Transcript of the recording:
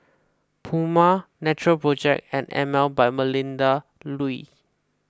Puma Natural Project and Emel by Melinda Looi